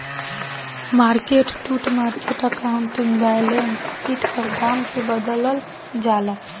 market to market accounting balance sheet पर दाम के बदलल जाला